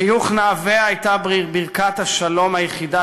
חיוך נעווה היה ברכת השלום היחידה